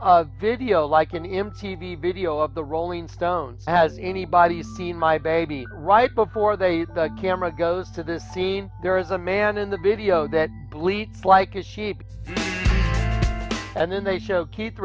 video like an m t v video of the rolling stones has anybody seen my baby right before they the camera goes to the scene there is a man in the video that bleat like a sheep and then they show keith